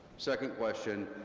second question,